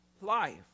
life